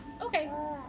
Okay